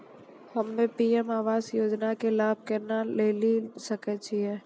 हम्मे पी.एम आवास योजना के लाभ केना लेली सकै छियै?